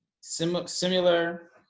similar